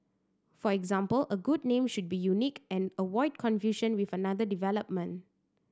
for example a good name should be unique and avoid confusion with another development